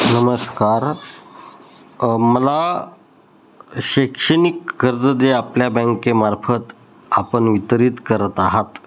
नमस्कार मला शैक्षणिक कर्ज जे आपल्या बँकेमार्फत आपण वितरित करत आहात